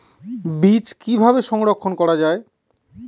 বীজ কিভাবে সংরক্ষণ করা যায়?